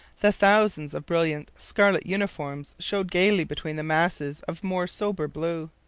the thousands of brilliant scarlet uniforms showed gaily between the masses of more sober blue.